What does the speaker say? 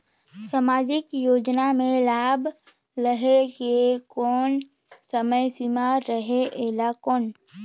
समाजिक योजना मे लाभ लहे के कोई समय सीमा रहे एला कौन?